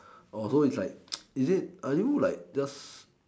oh so it's like is it are you like just